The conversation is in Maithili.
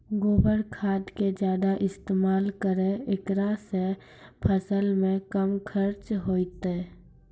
गोबर खाद के ज्यादा इस्तेमाल करौ ऐकरा से फसल मे कम खर्च होईतै?